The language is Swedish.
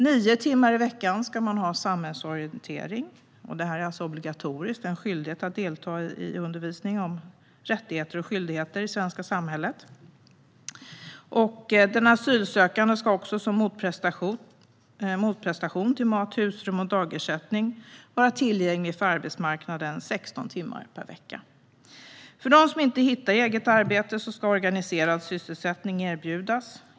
Nio timmar i veckan ska man ha samhällsorientering. Det här är alltså obligatoriskt. Det är en skyldighet att delta i undervisningen om rättigheter och skyldigheter i svenska samhället. Den asylsökande ska också, som motprestation till mat, husrum och dagersättning, vara tillgänglig för arbetsmarknaden 16 timmar per vecka. För dem som inte hittar eget arbete ska organiserad sysselsättning erbjudas.